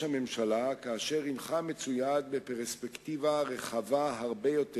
הממשלה מצויד בפרספקטיבה רחבה הרבה יותר